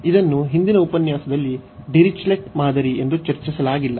ಇದನ್ನು ಹಿಂದಿನ ಉಪನ್ಯಾಸದಲ್ಲಿ ಡಿರಿಚ್ಲೆಟ್ ಮಾದರಿ ಎಂದು ಚರ್ಚಿಸಲಾಗಿಲ್ಲ